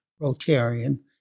Rotarian